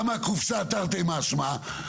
מהקופסה תרתי משמע,